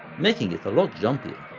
making it a lot jumpier.